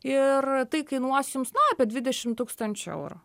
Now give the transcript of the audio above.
ir tai kainuos jums na apie dvidešimt tūkstančių eurų